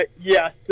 yes